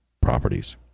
properties